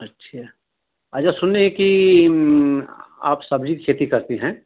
अच्छा अच्छा सुने हैं कि आप सब्जी की खेती करती हैं